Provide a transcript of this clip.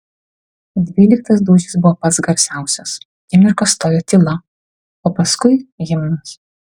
dvyliktas dūžis buvo pats garsiausias akimirką stojo tyla o paskui himnas